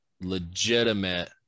legitimate